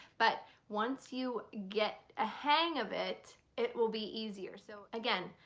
but once you get a hang of it, it will be easier. so again,